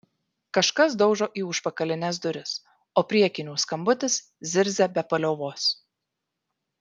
kažkas daužo į užpakalines duris o priekinių skambutis zirzia be paliovos